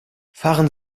fahren